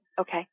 Okay